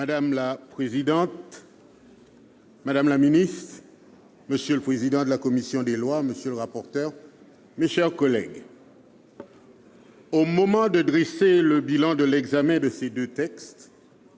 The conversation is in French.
Madame la présidente, madame la ministre, monsieur le président de la commission des lois, monsieur le rapporteur, mes chers collègues, au moment de dresser le bilan de l'examen de ces deux textes,